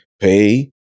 pay